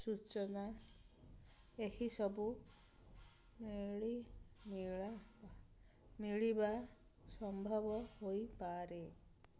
ସୂଚନା ଏହିସବୁ ମିଳି ମିଳିବା ସମ୍ଭବ ହୋଇପାରେ